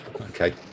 okay